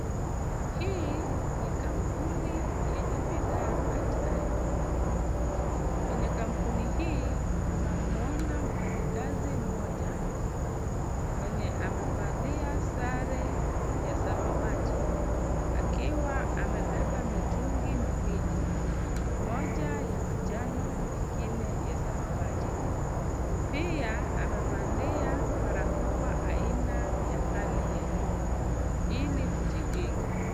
Hii ni kampuni yenye bidhaa hatari, kwenye kampuni hii tunamuona mfanyikazi mmoja mwenye amevalia sare ya samawati akiwa amebeba mitungi miwili moja ya manjano na ingine ya samawati. Pia amevalia barakoa aina ya hali ya juu ili kujikinga.